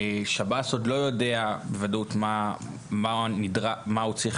שב"ס עוד לא יודע בוודאות מה הוא צריך